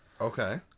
Okay